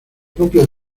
propia